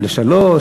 לשניים,